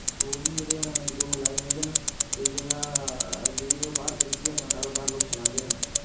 fruit बी जेह्दे हैन इक दो लेआई लैंदे न ते जेह्दा जेह्ड़ी ओह् बाह्र बेचियै अपना कारोबार लोक चलांदे न